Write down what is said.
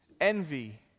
envy